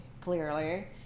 clearly